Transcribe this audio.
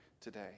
today